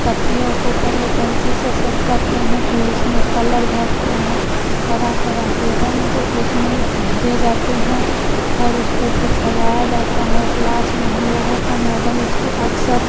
पत्तियों को पहले पेन्सिल से सेट करते हैं फिर उसमें कलर भरते हैं तरह तरह के रंग उसमें भरे जाते हैं और उसको फिर सजाया जाता है क्लास में हमलोगों को मैडम इसको अक्सर